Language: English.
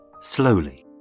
Slowly